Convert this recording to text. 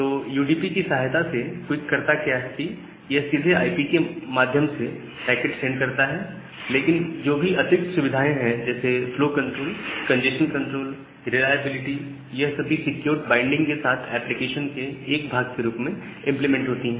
तो यूडीपी की सहायता से क्विक क्या करता है कि यह सीधे आईपी के माध्यम से पैकेट सेंड करता है लेकिन जो भी अतिरिक्त सुविधाएँ हैं जैसे flow control congestion control reliability यह सभी सिक्योर्ड बाइंडिंग के साथ एप्लीकेशन के एक भाग के रूप में इंप्लीमेंट होती हैं